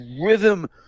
rhythm